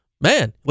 man